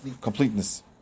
completeness